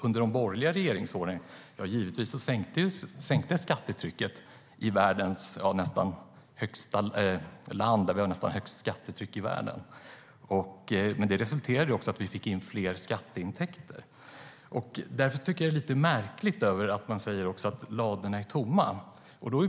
Under de borgerliga regeringsåren sänktes givetvis skattetrycket i det land som har nästan högst skattetryck i världen, men det resulterade ju i att vi fick in större skatteintäkter. Därför tycker jag att det är lite märkligt att man säger att ladorna är tomma.